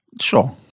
Sure